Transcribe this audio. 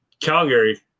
calgary